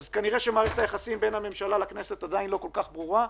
אז כנראה שמערכת היחסים בין הממשלה לכנסת עדיין לא כל כך ברורה,